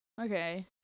okay